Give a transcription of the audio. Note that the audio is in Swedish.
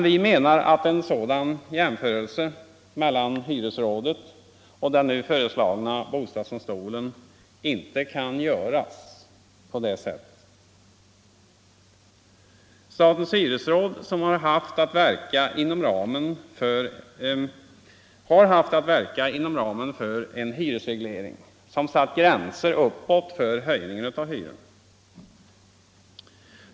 Vi menar att en sådan jämförelse mellan hyresrådet och den nu föreslagna bostadsdomstolen inte kan göras. Statens hyresråd har haft att verka inom ramen för en hyresreglering som satt gränser uppåt för höjning av hyrorna.